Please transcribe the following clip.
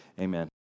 Amen